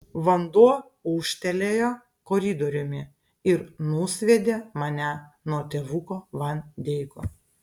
vanduo ūžtelėjo koridoriumi ir nusviedė mane nuo tėvuko van deiko